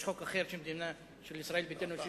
יש חוק אחר של ישראל ביתנו,